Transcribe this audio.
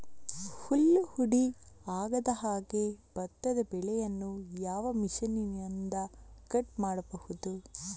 ಹುಲ್ಲು ಹುಡಿ ಆಗದಹಾಗೆ ಭತ್ತದ ಬೆಳೆಯನ್ನು ಯಾವ ಮಿಷನ್ನಿಂದ ಕಟ್ ಮಾಡಬಹುದು?